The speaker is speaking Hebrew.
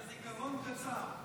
זיכרון קצר.